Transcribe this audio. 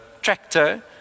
tractor